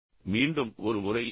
மீண்டும் ஒரு முறை நன்றி